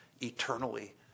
eternally